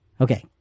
Okay